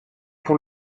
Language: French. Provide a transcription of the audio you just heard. pour